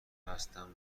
هستم